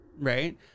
right